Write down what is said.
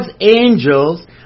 angels